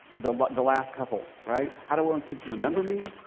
the but the last couple, right? how do i want kids to remember me?